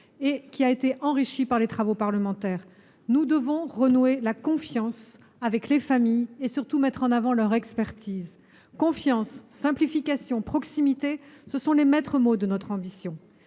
a été enrichi par les travaux parlementaires. Nous devons renouer la confiance avec les familles et, surtout, mettre en avant leur expertise. Confiance, simplification et proximité sont les maîtres mots de notre démarche.